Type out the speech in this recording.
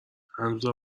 هنوزم